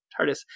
TARDIS